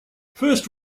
first